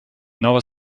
nova